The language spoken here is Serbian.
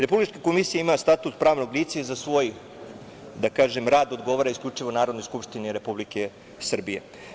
Republička komisija ima status pravnog lica i za svoj rad odgovara isključivo Narodnoj skupštini Republike Srbije.